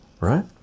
right